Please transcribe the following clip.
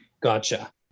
gotcha